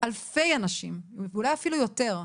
אלפי אנשים, אולי אפילו יותר,